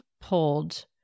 pulled